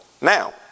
Now